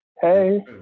hey